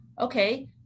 okay